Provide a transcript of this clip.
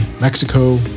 Mexico